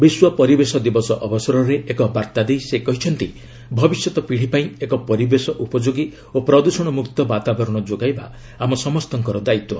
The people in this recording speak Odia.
ବିଶ୍ୱ ପରିବେଶ ଦିବସ ଅବସରରେ ଏକ ବାର୍ତ୍ତା ଦେଇ ସେ କହିଛନ୍ତି ଭବିଷ୍ୟତ ପିଡ଼ି ପାଇଁ ଏକ ପରିବେଶ ଉପଯୋଗୀ ଓ ପ୍ରଦ୍ଦଷଣମୁକ୍ତ ବାତାବରଣ ଯୋଗାଇବା ଆମ ସମସ୍ତଙ୍କର ଦାୟିତ୍ୱ